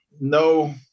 no